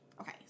Okay